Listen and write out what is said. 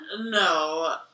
no